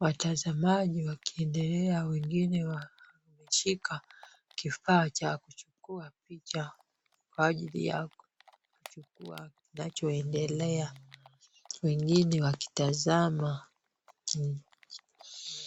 Watazamaji wakiendelea wengine wameshika kifaa cha kuchukua picha kwa ajili ya kuchukua kinachoendelea wengine wakitazama.